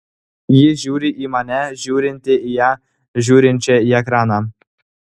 ji žiūri į mane žiūrintį į ją žiūrinčią į ekraną